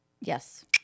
Yes